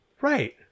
right